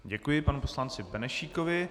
Děkuji panu poslanci Benešíkovi.